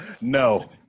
No